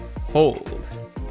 hold